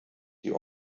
die